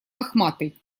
лохматый